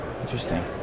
Interesting